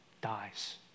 dies